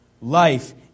life